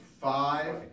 five